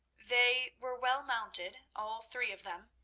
they were well mounted, all three of them.